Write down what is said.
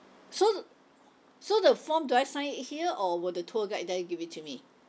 so so the form do I sign it here or would the tour guide there give it to me